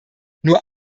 nur